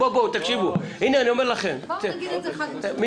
בואו נגיד את זה חד-משמעית.